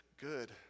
good